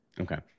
Okay